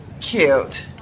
Cute